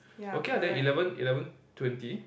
okay lah then eleven eleven twenty